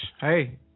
Hey